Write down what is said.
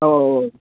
औ औ औ